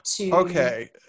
Okay